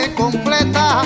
completa